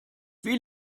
wie